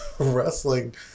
wrestling